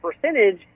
percentage